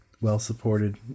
well-supported